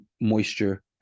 moisture